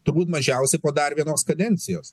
turbūt mažiausiai po dar vienos kadencijos